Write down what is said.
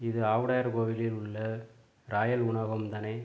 இது ஆவுடையார் கோவிலில் உள்ள ராயல் உணவகம் தானே